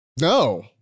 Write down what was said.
No